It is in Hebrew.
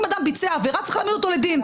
אם אדם ביצע עבירה, צריך להעמיד אותו לדין.